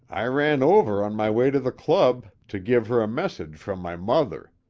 i ran over on my way to the club to give her a message from my mother.